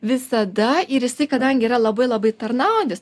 visada ir jisai kadangi yra labai labai tarnaujantis